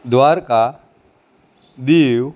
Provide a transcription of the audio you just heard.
Dwarka Diu